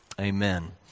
amen